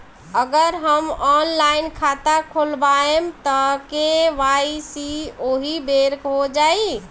अगर हम ऑनलाइन खाता खोलबायेम त के.वाइ.सी ओहि बेर हो जाई